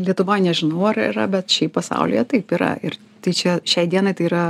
lietuvoj nežinau ar yra bet šiaip pasaulyje taip yra ir tai čia šiai dienai tai yra